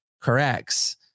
corrects